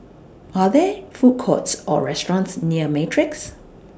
Are There Food Courts Or restaurants near Matrix